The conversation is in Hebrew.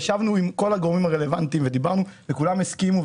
ישבנו עם כל הגורמים הרלוונטיים ודיברנו וכולם הסכימו,